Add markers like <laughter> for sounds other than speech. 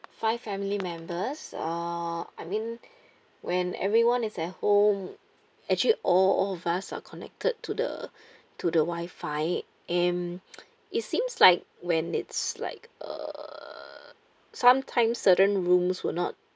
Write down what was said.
five family members uh I mean when everyone is at home actually all all of us are connected to the <breath> to the WI-FI and <noise> it seems like when it's like uh sometimes certain rooms were not